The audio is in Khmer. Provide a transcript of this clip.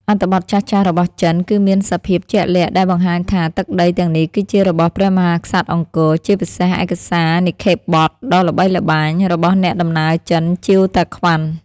អត្ថបទចាស់ៗរបស់ចិន គឺមានសភាពជាក់លាក់ដែលបង្ហាញថា ទឹកដី ទាំងនេះគឺជារបស់ព្រះមហាក្សត្រអង្គរ ជាពិសេសឯកសារនិក្ខេបបទដ៏ល្បីល្បាញ របស់អ្នកដំណើរចិន ជៀវតាក្វាន់ ។